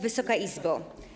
Wysoka Izbo!